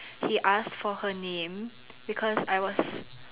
he asked for her name because I was